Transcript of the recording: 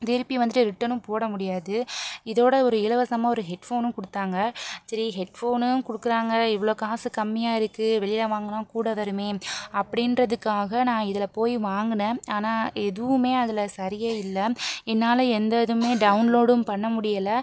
திரும்பி வந்துட்டு ரிட்டர்னும் போட முடியாது இதோடு ஒரு இலவசமாக ஒரு ஹெட் ஃபோனும் கொடுத்தாங்க சரி ஹெட் ஃபோனும் கொடுக்குறாங்க இவ்வளோ காசு கம்மியாக இருக்குது வெளியே வாங்கினா கூட வருமே அப்படின்றதுக்காக நான் இதில் போய் வாங்கினேன் ஆனால் எதுவுமே அதில் சரியே இல்லை என்னால் எந்த இதுவுமே டவுன்லோடும் பண்ண முடியலை